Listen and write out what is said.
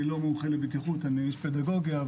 אני לא מומחה לבטיחות-אני איש פדגוגיה,